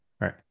Right